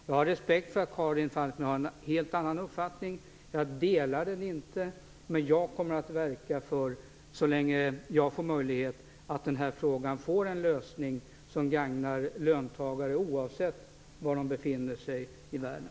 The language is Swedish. Jag har respekt för att Karin Falkmer har en helt annan uppfattning, jag delar den inte, men så länge jag har möjlighet kommer jag att verka för att den här frågan får en lösning som gagnar löntagare, oavsett var de befinner sig i världen.